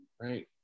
Right